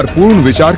ah boon which um